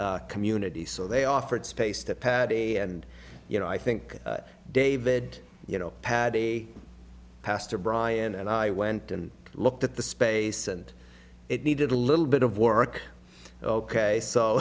community so they offered space to paddy and you know i think david you know had a pastor brian and i went and looked at the space and it needed a little bit of work ok so